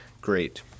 great